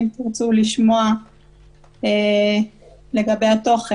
אם תרצו לשמוע לגבי התוכן.